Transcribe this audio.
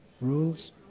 rules